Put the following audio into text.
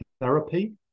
therapy